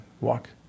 walk